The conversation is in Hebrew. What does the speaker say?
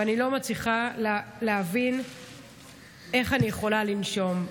ואני לא מצליחה להבין איך אני יכולה לנשום,